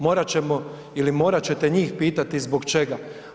Morat ćemo ili morat ćete njih pitati zbog čega.